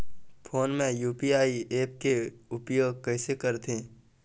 Phone मे UPI app के उपयोग कइसे करथे?